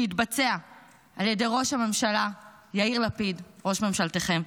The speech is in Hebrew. שהתבצע על ידי ראש הממשלה יאיר לפיד, ראש ממשלתכם,